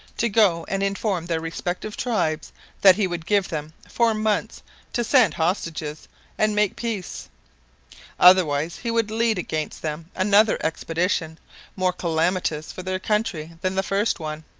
to go and inform their respective tribes that he would give them four months to send hostages and make peace otherwise he would lead against them another expedition more calamitous for their country than the first one.